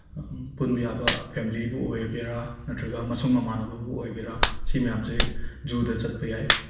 ꯄꯨꯟꯕ ꯌꯥꯕ ꯐꯦꯃꯤꯂꯤꯕꯨ ꯑꯣꯏꯒꯦꯔꯥ ꯅꯠꯇ꯭ꯔꯒ ꯃꯁꯨꯡ ꯃꯃꯥꯟꯅꯕꯕꯨ ꯑꯣꯏꯒꯦꯔꯥ ꯁꯤ ꯃꯌꯥꯝꯁꯦ ꯖꯨꯗ ꯆꯠꯄ ꯌꯥꯏ